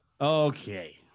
Okay